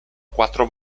quattro